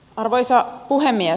arvoisa puhemies